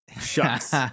Shucks